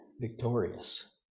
victorious